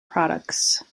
products